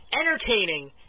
entertaining